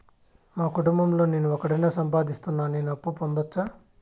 మా కుటుంబం లో నేను ఒకడినే సంపాదిస్తున్నా నేను అప్పు పొందొచ్చా